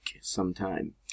sometime